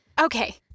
Okay